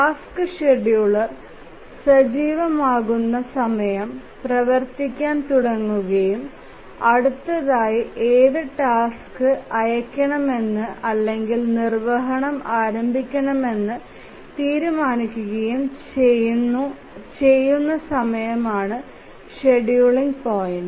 task scheduler സജീവമാകുന്ന സമയം പ്രവർത്തിക്കാൻ തുടങ്ങുകയും അടുത്തതായി ഏത് ടാസ്ക് അയയ്ക്കണമെന്ന് അല്ലെങ്കിൽ നിർവ്വഹണം ആരംഭിക്കണമെന്ന് തീരുമാനിക്കുകയും ചെയ്യുന്ന സമയമാണ് ഷെഡ്യൂളിംഗ് പോയിന്റ്